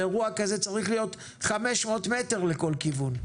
באירוע כזה צריך להיות 500 מטר לכל כיוון.